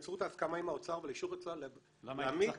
באמצעות ההסכמה עם האוצר ו --- למה היה צריך לקצץ?